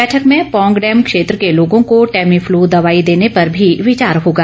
बैठक में पौंग डैम क्षेत्र के लोगों को टैमीफ्लू दवाई देने पर भी विचार होगा